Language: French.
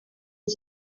est